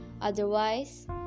otherwise